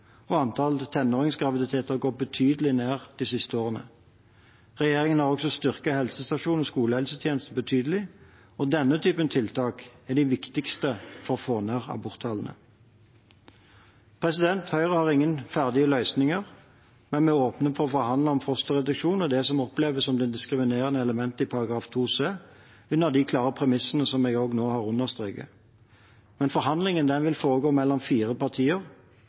og antall tenåringsgraviditeter har gått betydelig ned de siste årene. Regjeringen har også styrket helsestasjons- og skolehelsetjenesten betydelig. Denne typen tiltak er de viktigste for å få ned aborttallene. Høyre har ingen ferdige løsninger, men vi er åpne for å forhandle om fosterreduksjon og det som oppleves som det diskriminerende elementet i § 2 c, under de klare premissene som jeg nå har understreket. Men forhandlingene vil foregå mellom fire partier.